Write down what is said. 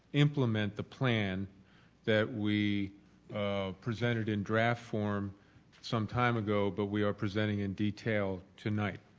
implement the plan that we present it in draft form sometime ago but we are presenting in detail tonight.